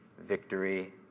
victory